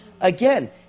Again